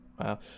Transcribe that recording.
wow